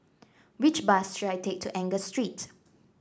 which bus should I take to Angus Street